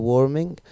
Warming